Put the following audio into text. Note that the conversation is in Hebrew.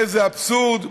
איזה אבסורד,